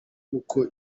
nk’uko